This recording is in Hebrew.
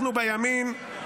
אנחנו בימין,